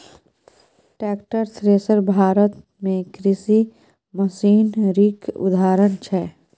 tractor, thresher Bharat मे कृषि मशीनरीक उदाहरण छै